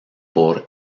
por